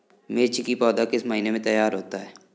मिर्च की पौधा किस महीने में तैयार होता है?